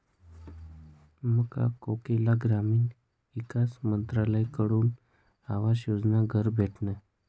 मना काकाले ग्रामीण ईकास मंत्रालयकडथून आवास योजनामा घर भेटनं